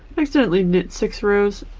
i accidentally knit six rows